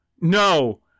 No